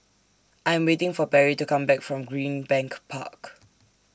I Am waiting For Perry to Come Back from Greenbank Park